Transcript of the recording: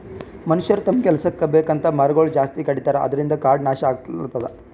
ಮನಷ್ಯರ್ ತಮ್ಮ್ ಕೆಲಸಕ್ಕ್ ಬೇಕಂತ್ ಮರಗೊಳ್ ಜಾಸ್ತಿ ಕಡಿತಾರ ಅದ್ರಿನ್ದ್ ಕಾಡ್ ನಾಶ್ ಆಗ್ಲತದ್